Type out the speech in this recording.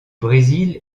brésil